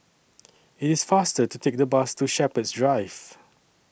IT IS faster to Take The Bus to Shepherds Drive